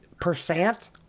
percent